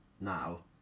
now